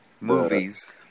Movies